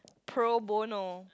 pro bono